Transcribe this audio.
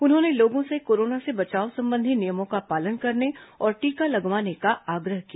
उन्होंने लोगों से कोरोना से बचाव संबंधी नियमों का पालन करने और टीका लगवाने का आग्रह किया